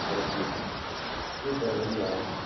five G जी sir मिल जाएगा